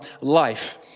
life